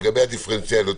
נושא הדיפרנציאליות: